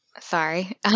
Sorry